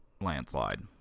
landslide